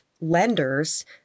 lenders